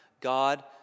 God